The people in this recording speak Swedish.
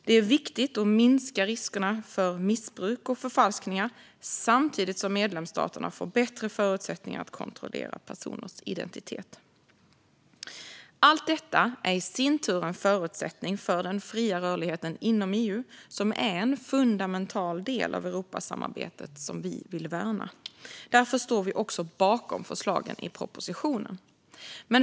Det är viktigt att minska riskerna för missbruk och förfalskningar samtidigt som medlemsstaterna får bättre förutsättningar att kontrollera personers identitet. Allt detta är i sin tur en förutsättning för den fria rörligheten inom EU, vilket är en fundamental del av Europasamarbetet - som vi vill värna. Därför står vi bakom förslagen i propositionen.